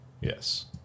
Yes